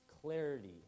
clarity